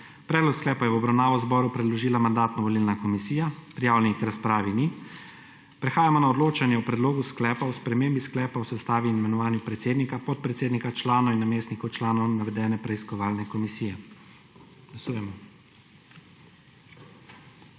Predlog sklepa je v obravnavo zboru predložila Mandatno-volilna komisija. Prijavljenih k razpravi ni. Prehajamo na odločanje o predlogu sklepa o spremembah sklepa o sestavi in imenovanju predsednika, podpredsednika, članov in namestnikov članov navedene preiskovalne komisije.